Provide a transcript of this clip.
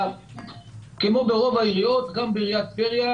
כמו ברוב העיריות, גם בעיריית טבריה